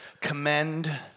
commend